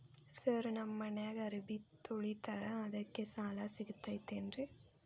Sir ನಮ್ಮ ಮನ್ಯಾಗ ಅರಬಿ ತೊಳಿತಾರ ಅದಕ್ಕೆ ಸಾಲ ಸಿಗತೈತ ರಿ?